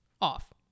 Off